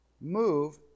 move